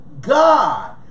God